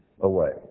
away